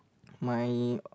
my